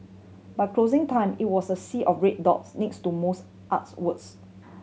by closing time it was a sea of red dots next to most artworks